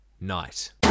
night